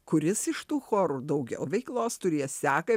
kuris iš tų chorų daugiau veiklos turės seka